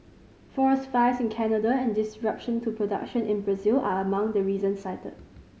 forest fires in Canada and disruption to production in Brazil are among the reasons cited